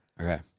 Okay